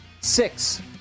Six